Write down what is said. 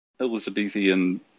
Elizabethan